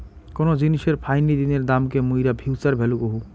কোন জিনিসের ফাইনি দিনের দামকে মুইরা ফিউচার ভ্যালু কহু